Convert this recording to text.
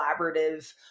collaborative